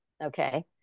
okay